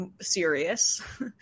serious